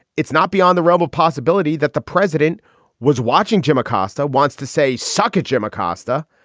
it's not beyond the realm of possibility that the president was watching. jim acosta wants to say suckage, jim acosta,